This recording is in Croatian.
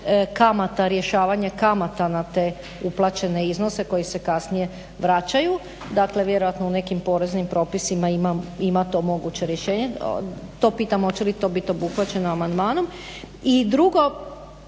kamata rješavanja kamata na te uplaćene iznose koji se kasnije vraćaju dakle vjerojatno u nekim poreznim propisima ima to moguće rješenje. To pitam hoće li to biti obuhvaćeno amandmanom? I drugo,